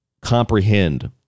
comprehend